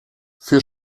für